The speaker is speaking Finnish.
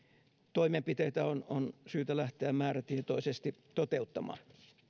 toimenpiteitä on on syytä lähteä määrätietoisesti toteuttamaan